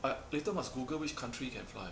but later must Google which country can fly